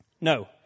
No